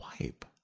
wipe